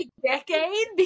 decade